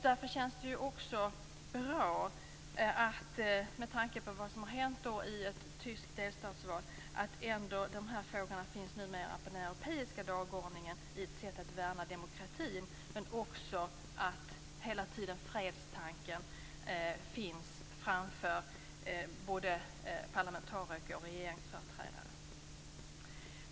Därför känns det också bra, med tanke på vad som hänt i ett tyskt delstatsval, att de här frågorna numera ändå finns med på den europeiska dagordningen i ett sätt att värna demokratin. Men det är också bra att fredstanken hela tiden finns framför både parlamentariker och regeringsföreträdare.